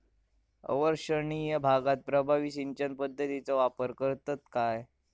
अवर्षणिय भागात प्रभावी सिंचन पद्धतीचो वापर करतत काय?